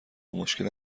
مشکل